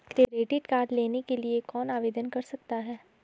Credit card लेने के लिए कौन आवेदन कर सकता है?